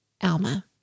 Alma